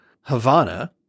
Havana